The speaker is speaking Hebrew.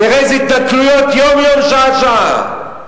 תראה איזה התנכלויות יום-יום, שעה-שעה.